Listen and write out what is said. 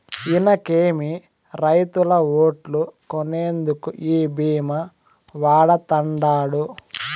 ఇనకేమి, రైతుల ఓట్లు కొనేందుకు ఈ భీమా వాడతండాడు